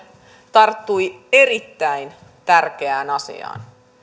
tarttui erittäin tärkeään asiaan